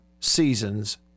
seasons